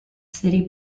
city